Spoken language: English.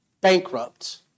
bankrupt